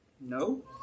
no